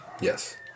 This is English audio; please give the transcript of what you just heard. Yes